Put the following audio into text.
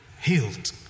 Healed